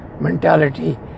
mentality